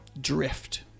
drift